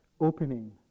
opening